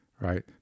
Right